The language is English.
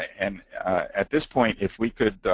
and at this point, if we could